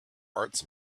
arts